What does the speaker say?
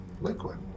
liquid